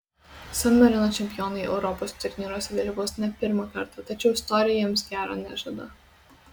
san marino čempionai europos turnyruose dalyvaus ne pirmą kartą tačiau istorija jiems gero nežada